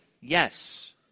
yes